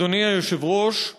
אדוני היושב-ראש,